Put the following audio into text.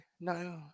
No